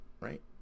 right